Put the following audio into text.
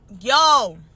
yo